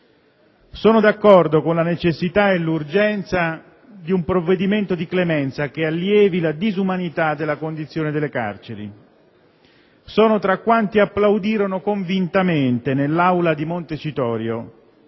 sono d'accordo sulla necessità e l'urgenza di un provvedimento di clemenza che allevi la disumanità della condizione delle carceri. Sono tra quanti, nell'Aula di Montecitorio,